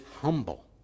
humble